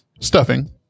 stuffing